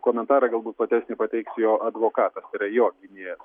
komentarą galbūt platesnį pateiks jo advokatas jo ginėjas